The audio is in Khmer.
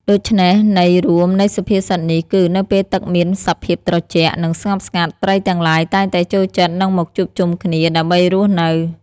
ដូច្នេះ ន័យរួមនៃសុភាសិតនេះគឺ នៅពេលទឹកមានសភាពត្រជាក់ និងស្ងប់ស្ងាត់ ត្រីទាំងឡាយតែងតែចូលចិត្ត និងមកជួបជុំគ្នា ដើម្បីរស់នៅ។